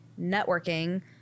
networking